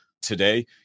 today